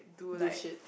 do shit